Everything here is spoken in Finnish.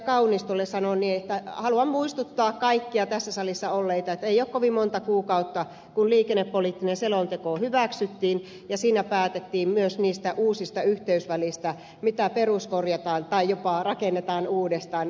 kaunistolle sanon että haluan muistuttaa kaikkia tässä salissa olleita että ei ole kovin monta kuukautta siitä kun liikennepoliittinen selonteko hyväksyttiin ja siinä päätettiin myös niistä uusista yhteysväleistä mitä peruskorjataan tai jopa rakennetaan uudestaan